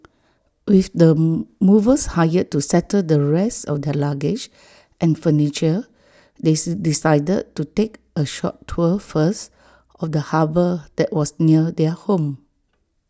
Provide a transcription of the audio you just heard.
with the movers hired to settle the rest of their luggage and furniture they decided to take A short tour first of the harbour that was near their home